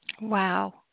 Wow